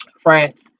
France